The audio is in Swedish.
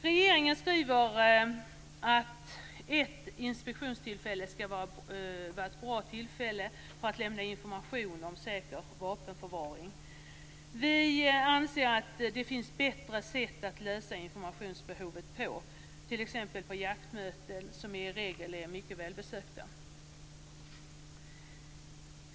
Regeringen skriver att ett inspektionstillfälle ska vara ett bra tillfälle att lämna information om säker vapenförvaring. Vi anser att det finns bättre sätt att lösa informationsbehovet på, t.ex. vid jaktmöten som i regel är mycket välbesökta.